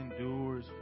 endures